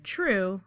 True